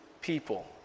people